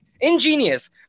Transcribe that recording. ingenious